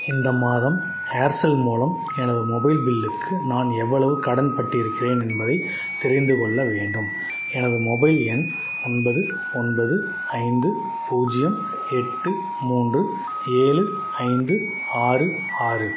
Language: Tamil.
இந்த மாதம் ஏர்செல் மூலம் எனது மொபைல் பில்லுக்கு நான் எவ்வளவு கடன் பட்டிருக்கிறேன் என்பதை தெரிந்துகொள்ள வேண்டும் எனது மொபைல் எண் ஒன்பது ஒன்பது ஐந்து பூஜ்ஜியம் எட்டு மூன்று ஏழு ஐந்து ஆறு ஆறு